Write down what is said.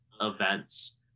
events